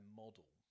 model